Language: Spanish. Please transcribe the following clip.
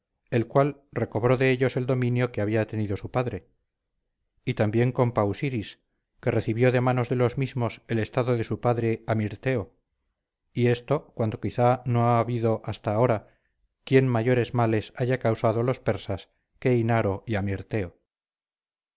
el cual recobró de ellos el dominio que había tenido su padre y también con pausiris que recibió de manos de los mismos el estado de su padre amirteo y esto cuando quizá no ha habido hasta ahora quien mayores males hayan causado a los persas que inaro y amirteo